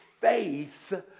faith